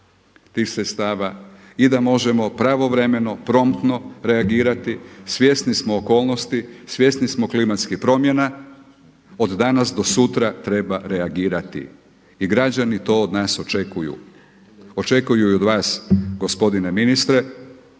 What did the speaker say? tih sredstava i da možemo pravovremeno promptno reagirati. Svjesni smo okolnosti, svjesni smo klimatskih promjena. Od danas do sutra treba reagirati. I građani to od nas očekuju. Očekuju i od vas, gospodine ministre,